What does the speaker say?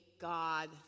God